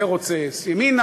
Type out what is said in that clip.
זה רוצה ימינה,